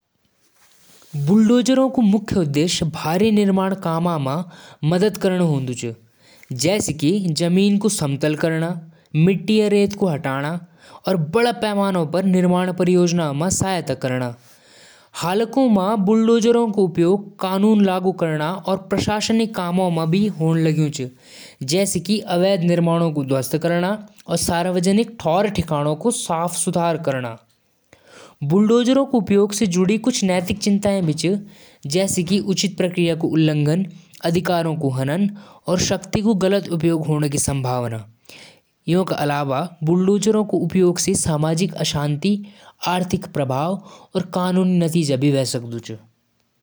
Vacuum cleaner एक machine होली जैं म गंदगी और धूल खीचणु होलु। यो मशीन म मोटर होली जैं स हवा अंदर खीचदी। धूल और गंदगी अंदर फिल्टर म फंस जालु। फर्श और कारपेट साफ करदु।